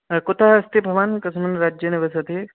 कुतः अस्ति भवान् कस्मिन् राज्येन वसति